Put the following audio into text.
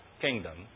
kingdom